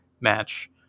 match